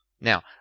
Now